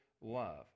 love